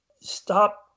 stop